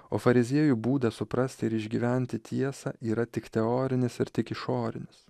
o fariziejų būdas suprasti ir išgyventi tiesą yra tik teorinis ir tik išorinis